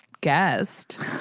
guest